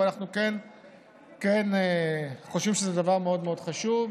אבל אנחנו כן חושבים שזה דבר מאוד מאוד חשוב.